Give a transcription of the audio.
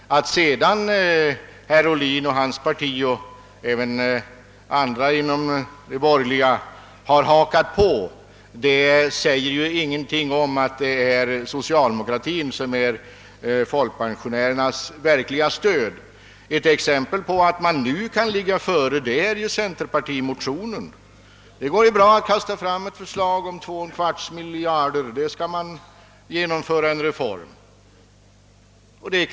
Att sedan herr Ohlin och hans parti och även andra inom de borgerliga partierna har hakat på, motsäger inte uppfattningen att det är socialdemokratien som är folkpensionärernas verkliga stöd. Ett exempel på hur de borgerliga kan ligga före är centerpartimotionen. Det går bra att kasta fram ett förslag som innebär kostnadsökningar på 2!/4 miljarder.